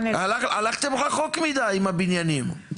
הלכתם רחוק מדי עם הבניינים,